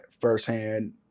firsthand